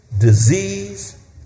disease